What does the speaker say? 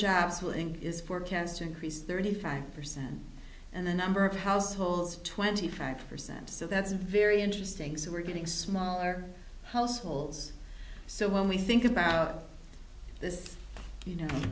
and is forecast to increase thirty five percent and the number of households twenty five percent so that's very interesting so we're getting smaller households so when we think about this you know